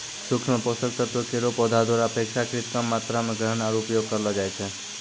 सूक्ष्म पोषक तत्व केरो पौधा द्वारा अपेक्षाकृत कम मात्रा म ग्रहण आरु उपयोग करलो जाय छै